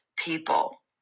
people